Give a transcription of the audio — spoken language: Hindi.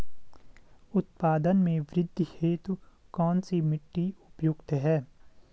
उत्पादन में वृद्धि हेतु कौन सी मिट्टी उपयुक्त है?